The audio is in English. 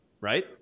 right